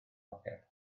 poced